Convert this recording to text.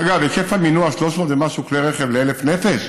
אגב, היקף המינוע, 300 ומשהו כלי רכב ל-1,000 נפש,